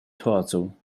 torso